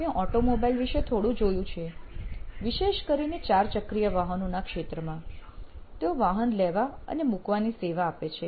મેં ઑટોમોબાઇલ વિષે થોડું જોયું છે વિશેષ કરીને ચાર ચક્રીય વાહનોના ક્ષેત્રમાં તેઓ વાહન લેવા અને મૂકવાની સેવા આપે છે